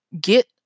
get